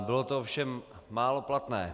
Bylo to ovšem málo platné.